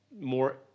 more